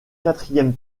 quatrième